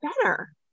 better